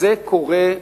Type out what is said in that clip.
וזה קורה,